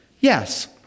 Yes